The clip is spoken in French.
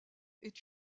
est